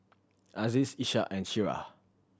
Aziz Ishak and Syirah